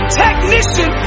technician